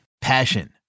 Passion